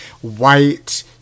white